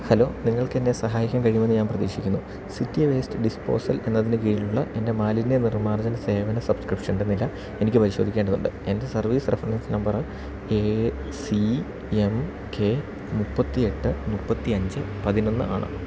hello നിങ്ങൾക്കെന്നെ സഹായിക്കാന് കഴിയുമെന്ന് ഞാന് പ്രതീക്ഷിക്കുന്നു സിറ്റി വേസ്റ്റ് ഡിസ്പോസൽ എന്നതിന് കീഴിലുള്ള എൻ്റെ മാലിന്യനിർമാർജ്ജന സേവന സബ്സ്ക്രിപ്ഷൻ്റെ നില എനിക്ക് പരിശോധിക്കേണ്ടതുണ്ട് എൻ്റെ service reference number A C M K മുപ്പത്തിയെട്ട് മുപ്പത്തിയഞ്ച് പതിനൊന്ന് ആണ്